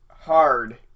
hard